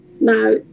Now